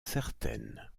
certaine